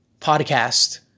podcast